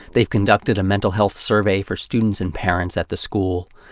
they've conducted a mental health survey for students and parents at the school.